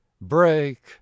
break